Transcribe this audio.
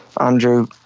Andrew